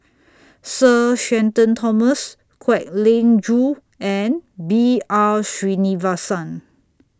Sir Shenton Thomas Kwek Leng Joo and B R Sreenivasan